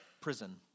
prison